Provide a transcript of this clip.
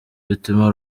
bituma